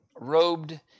robed